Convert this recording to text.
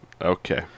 Okay